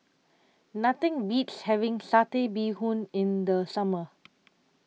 Nothing Beats having Satay Bee Hoon in The Summer